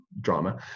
drama